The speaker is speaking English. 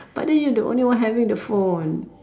but then you the only one having the phone